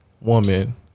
woman